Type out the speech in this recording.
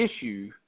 issue